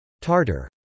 Tartar